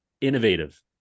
Innovative